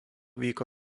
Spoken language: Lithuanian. vyko